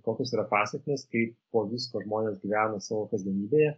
kokios yra pasekmės kaip po visko žmonės gyvena savo kasdienybėje